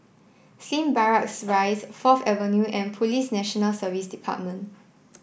Slim Barracks Rise Fourth Avenue and Police National Service Department